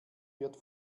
wird